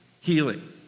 healing